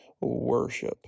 worship